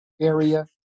area